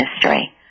history